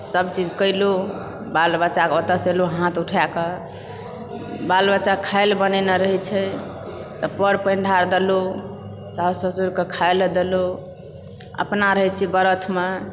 सब चीज कैलहुँ बाल बच्चाकेँ ओतऽसंँ एलहुँ हाथ उठाए कऽ बाल बच्चा खाएला बनैने रहय छै तऽ पर पानि ढार देलहुँ साउस ससुरके खाए ला देलहुँ अपना रहए छी व्रतमे